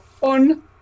on